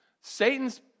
Satan's